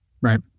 Right